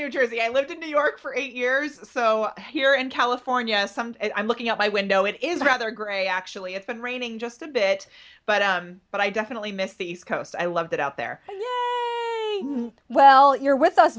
new jersey i lived in new york for eight years so here in california some i'm looking out my window it is rather gray actually it's been raining just a bit but but i definitely miss the east coast i love that out there and well you're with us